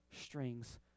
strings